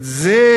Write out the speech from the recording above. את זה,